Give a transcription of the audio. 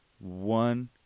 one